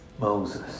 Moses